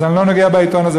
אז אני לא נוגע בעיתון הזה,